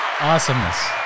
awesomeness